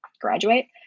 graduate